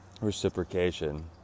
reciprocation